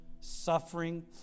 suffering